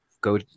go